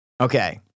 Okay